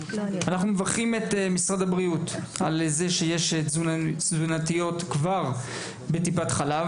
אנחנו מברכים את משרד הבריאות על כך שיש תזונאיות כבר בטיפת חלב,